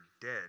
dead